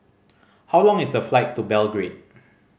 how long is the flight to Belgrade